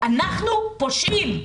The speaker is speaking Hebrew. אנחנו פושעים.